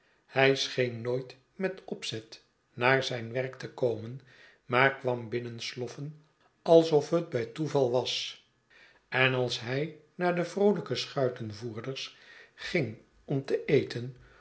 hij scheen nooit met opzet naar zijn werk te komen maar kwam binnensloffen alsof het bij toeval was en als hij naar de vroolijke schuitenvoerders ging om te eten